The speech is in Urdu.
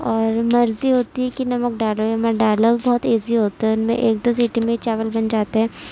اور مرضی ہوتی ہے کہ نمک ڈالو یا مت ڈالو بہت ایزی ہوتا ہے ان میں ایک دو سیٹی میں ہی چاول گل جاتا ہے